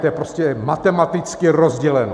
To je prostě matematicky rozděleno.